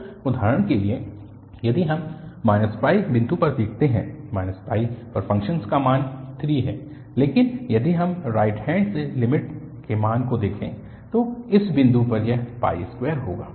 तो उदाहरण के लिए यदि हम बिंदु पर देखते है पर फ़ंक्शन का मान 3 है लेकिन यदि हम राइट हैन्ड से लिमिट के मान को देखें तो इस बिंदु पर यह 2 होगा